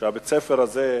שבית-הספר הזה,